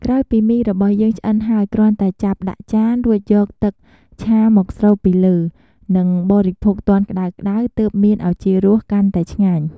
ក្រោយពីមីរបស់យើងឆ្អិនហើយ គ្រាន់តែចាប់ដាក់ចាន រួចយកទឹកឆាមកស្រូបពីលើ និងបរិភោគទាន់ក្តៅៗទើបមានឱជារសកាន់ឆ្ងាញ់។